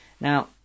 Now